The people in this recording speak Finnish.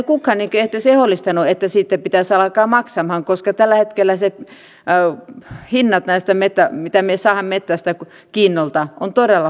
sitä ei ole kukaan edes ehdollistanut että siitä pitäisi alkaa maksamaan koska tällä hetkellä ne hinnat mitä me saamme metsästä kiinnolta ovat todella huonoja